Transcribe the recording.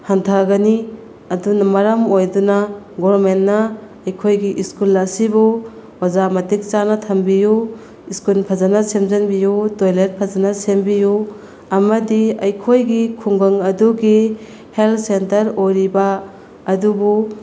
ꯍꯟꯊꯒꯅꯤ ꯑꯗꯨꯅ ꯃꯔꯝ ꯑꯣꯏꯗꯨꯅ ꯒꯣꯔꯃꯦꯟꯅ ꯑꯩꯈꯣꯏꯒꯤ ꯁ꯭ꯀꯨꯜ ꯑꯁꯤꯕꯨ ꯑꯣꯖꯥ ꯃꯇꯤꯛ ꯆꯥꯅ ꯊꯝꯕꯤꯎ ꯁ꯭ꯀꯨꯜ ꯐꯖꯅ ꯁꯦꯝꯖꯟꯕꯤꯎ ꯇꯣꯏꯂꯦꯠ ꯐꯖꯅ ꯁꯦꯝꯕꯤꯎ ꯑꯃꯗꯤ ꯑꯩꯈꯣꯏꯒꯤ ꯈꯨꯡꯒꯪ ꯑꯗꯨꯒꯤ ꯍꯦꯜ ꯁꯦꯟꯇꯔ ꯑꯣꯏꯔꯤꯕ ꯑꯗꯨꯕꯨ